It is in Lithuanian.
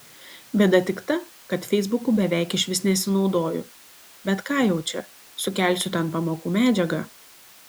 bėda tik ta kad feisbuku beveik išvis nesinaudoju bet ką jau čia sukelsiu ten pamokų medžiagą